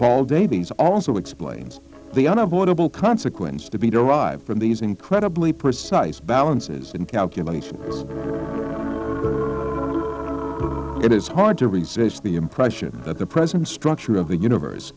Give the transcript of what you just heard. paul davies also explains the unavoidable consequence to be derived from these incredibly precise balances in calculations it is hard to resist the impression that the present structure of the universe